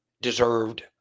deserved